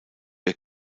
ihr